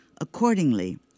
Accordingly